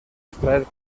extraer